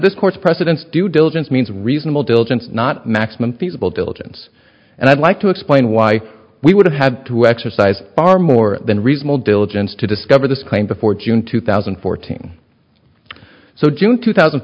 this court's precedents due diligence means reasonable diligence not maximum feasible diligence and i'd like to explain why we would have to exercise far more than reasonable diligence to discover this claim before june two thousand and fourteen so june two thousand